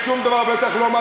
שנייה.